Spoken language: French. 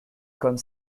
côme